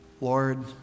Lord